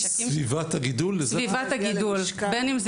סביבת הגידול, לזה